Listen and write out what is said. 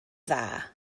dda